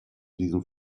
diesem